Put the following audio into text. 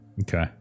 Okay